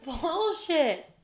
bullshit